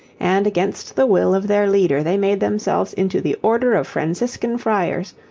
and against the will of their leader they made themselves into the order of franciscan friars,